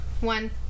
One